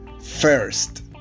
first